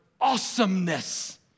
awesomeness